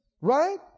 right